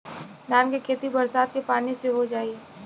धान के खेती बरसात के पानी से हो जाई?